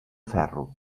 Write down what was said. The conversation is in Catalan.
ferro